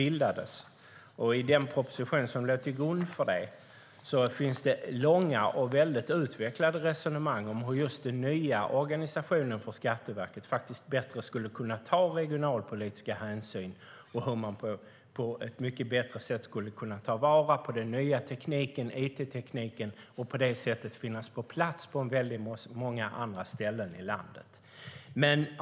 I den proposition som låg till grund för det nuvarande skatteverket finns det långa och väldigt utvecklade resonemang om hur just den nya organisationen i Skatteverket faktiskt bättre skulle kunna ta regionalpolitiska hänsyn samt hur man på ett mycket bättre sätt skulle kunna ta vara på den nya informationstekniken och på det sättet finnas på plats på väldigt många ställen landet.